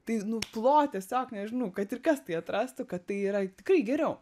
tai nu plot tiesiog nežinau kad ir kas tai atrastų kad tai yra tikrai geriau